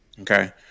Okay